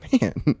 man